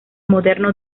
moderno